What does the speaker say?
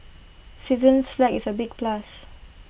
Switzerland's flag is A big plus